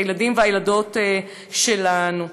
הילדים והילדות שלנו.